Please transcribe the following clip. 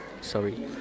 Sorry